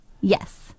Yes